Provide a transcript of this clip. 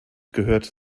gehört